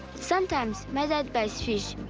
sometimes, my dad buys fish,